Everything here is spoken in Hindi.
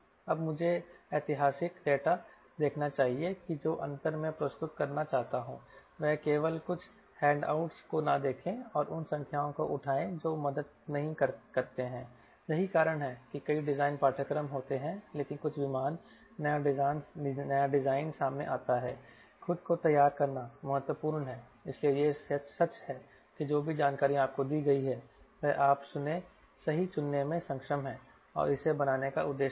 अब मुझे ऐतिहासिक डेटा देखना चाहिए कि जो अंतर मैं प्रस्तुत करना चाहता हूं वह केवल कुछ हैंडआउट्स को न देखें और उन संख्याओं को उठाएं जो मदद नहीं करते हैं यही कारण है कि कई डिज़ाइन पाठ्यक्रम होते हैं लेकिन कुछ विमान नया डिज़ाइन सामने आता है खुद को तैयार करना महत्वपूर्ण है इसलिए यह सच है कि जो भी जानकारी आपको दी गई है वह आप सही चुनने में सक्षम है और इसे बनाने का उद्देश्य है